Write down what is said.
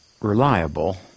reliable